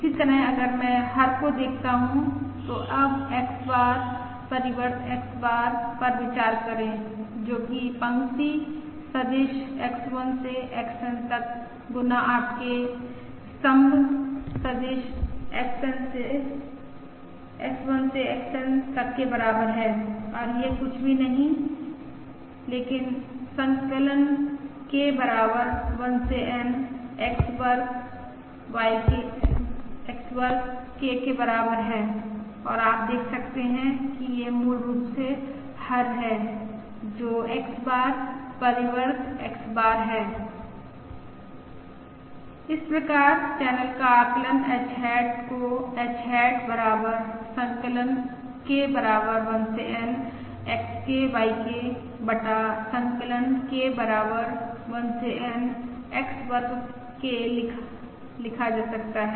इसी तरह अगर मैं हर को देखता हूं तो अब X बार परिवर्त X बार पर विचार करें जो कि पंक्ति सदिश X1 से XN तक गुना आपके कॉलम सदिश X1 से XN तक के बराबर है और यह कुछ भी नहीं है लेकिन संकलन K बराबर 1 से N X वर्ग K के बराबर है और आप देख सकते हैं कि यह मूल रूप से हर है जो X बार परिवर्त X बार है इस प्रकार चैनल का आकलन h हैट को h हैट बराबर संकलन K बराबर 1 से N XK YK बटा संकलन K बराबर 1 से N X वर्ग K भी लिखा जा सकता है